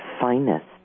finest